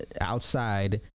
outside